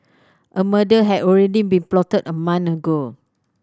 a murder had already been plotted a month ago